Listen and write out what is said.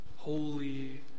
Holy